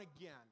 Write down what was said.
again